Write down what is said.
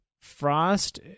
Frost